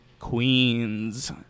queens